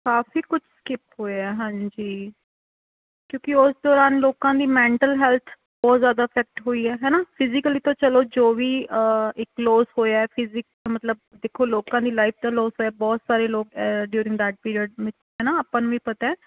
ਕਾਫੀ ਕੁਝ ਸਕਿਪ ਹੋਇਆ ਹਾਂਜੀ ਕਿਉਂਕਿ ਉਸ ਦੌਰਾਨ ਲੋਕਾਂ ਦੀ ਮੈਂਟਲ ਹੈਲਥ ਬਹੁਤ ਜਿਆਦਾ ਇਫੈਕਟ ਹੋਈ ਹੈ ਹੈ ਨਾ ਫਿਜੀਕਲੀ ਤਾਂ ਚਲੋ ਜੋ ਵੀ ਇਕ ਲੋਸ ਹੋਇਆ ਫਿਜੀਕ ਮਤਲਬ ਦੇਖੋ ਲੋਕਾਂ ਦੀ ਲਾਈਫ ਦਾ ਲੋਸ ਹੈ ਬਹੁਤ ਸਾਰੇ ਲੋਕ ਡੂਰਿੰਗ ਦੈਟ ਪੀਰੀਅਡ ਹਮ ਹੈ ਨਾ ਆਪਾਂ ਨੂੰ ਵੀ ਪਤਾ ਹੈ